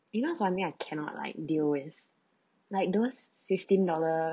you know something I cannot like deal with like those fifteen dollar